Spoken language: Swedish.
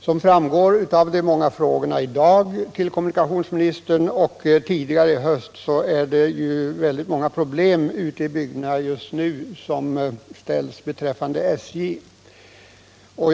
Som framgår av de många frågorna till kommunikationsministern i dag och under hösten 1977 har man många problem ute bygderna just nu med anknytning till SJ.